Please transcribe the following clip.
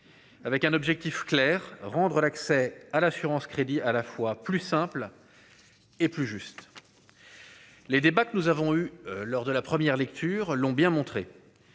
avec un objectif clair : rendre l'accès à l'assurance-crédit, à la fois plus simple et plus juste. Les débats que nous avons eues lors de la première lecture l'ont bien montré